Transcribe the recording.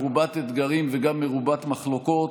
מרובת אתגרים וגם מרובת מחלוקות.